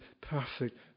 perfect